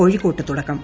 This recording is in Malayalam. കോഴിക്കോട്ട് തുടക്കം